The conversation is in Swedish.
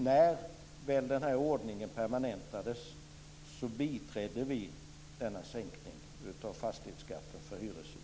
När väl ordningen permanentades biträdde vi sänkningen av fastighetsskatten för hyreshus.